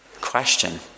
Question